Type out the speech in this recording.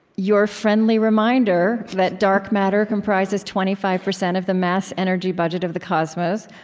your friendly reminder that dark matter comprises twenty five percent of the mass energy budget of the cosmos,